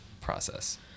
process